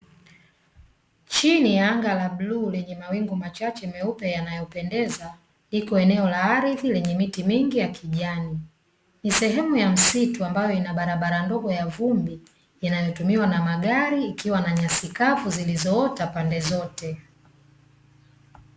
Chini ya anga la bluu lenye mawingu machache meupe yanayopendeza, liko eneo la ardhi lenye miti mingi ya kijani. Ni sehemu ya msitu ambayo ina barabara ndogo ya vumbi inayotumiwa na magari ikiwa na nyasi kavu zilizoota pande zote.